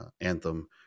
Anthem